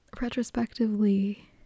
retrospectively